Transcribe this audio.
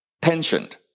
pensioned